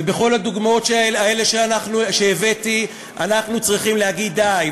ובכל הדוגמאות האלה שהבאתי אנחנו צריכים להגיד די.